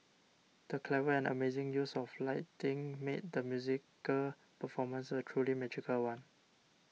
the clever and amazing use of lighting made the musical performance a truly magical one